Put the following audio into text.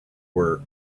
were